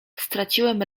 straciłem